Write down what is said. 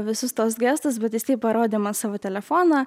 visus tuos gestus bet jisai parodė man savo telefoną